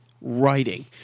writing